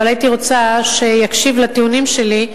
אבל הייתי רוצה שיקשיב לטיעונים שלי,